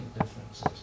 differences